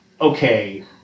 okay